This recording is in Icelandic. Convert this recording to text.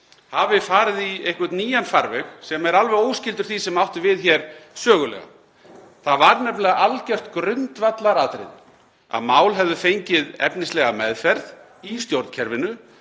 hafi farið í einhvern nýjan farveg sem er óskyldur því sem átti við hér sögulega. Það var nefnilega algjört grundvallaratriði að mál hefðu fengið efnislega meðferð í stjórnkerfinu,